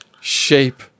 shape